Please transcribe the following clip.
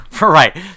Right